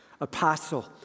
Apostle